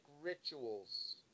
rituals